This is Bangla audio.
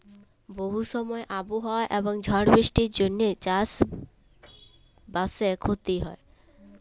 বহু সময় আবহাওয়া এবং ঝড় বৃষ্টির জনহে চাস বাসে ক্ষতি হয়